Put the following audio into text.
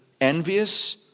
Envious